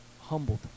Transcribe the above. humbled